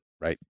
right